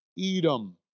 Edom